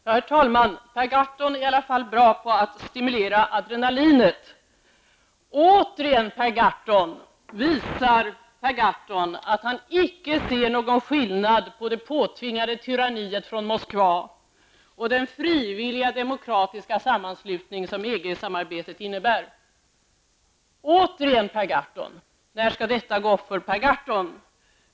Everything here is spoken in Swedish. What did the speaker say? Herr talman! Per Gahrton är i alla fall bra på att stimulera adrenalinet. Återigen visar Per Gahrton att han inte gör någon skillnad mellan det påtvingade tyranniet från Moskva och den frivilliga demokratiska sammanslutning som EG-samarbetet innebär. Återigen frågar jag: När går detta upp för Per Gahrton?